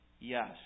yes